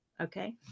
okay